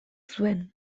zuen